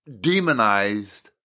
demonized